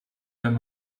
wenn